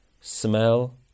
smell